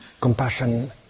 compassion